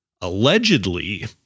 Allegedly